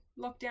lockdown